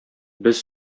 без